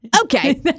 Okay